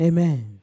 Amen